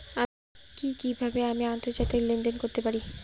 কি কিভাবে আমি আন্তর্জাতিক লেনদেন করতে পারি?